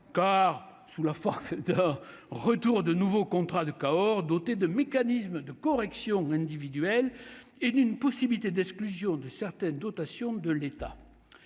car sous la force dehors retour de nouveaux contrats de Cahors, dotée de mécanismes de correction individuelles et d'une possibilité d'exclusion de certaines dotations de l'État